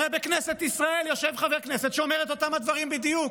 הרי בכנסת ישראל יושב חבר כנסת שאומר את אותם הדברים בדיוק.